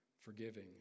forgiving